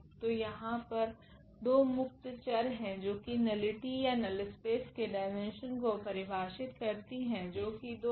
तो यहा पर 2 मुक्त चर है जो की नलिटी या नल स्पेस के डाईमेन्शन को परिभाषित करती है जो की 2 है